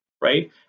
right